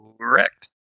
Correct